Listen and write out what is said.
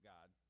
God